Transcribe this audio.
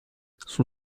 son